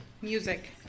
Music